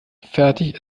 fertig